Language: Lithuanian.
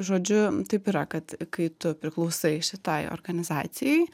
žodžiu taip yra kad kai tu priklausai šitai organizacijai